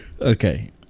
Okay